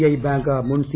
I ന് bank മുൻ C